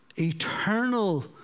eternal